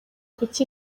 kuki